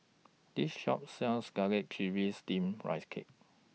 This Shop sells Garlic Chives Steamed Rice Cake